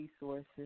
resources